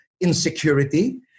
insecurity